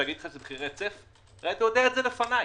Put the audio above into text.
אתה יודע את זה לפניי.